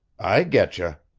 i getcha,